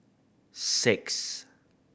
six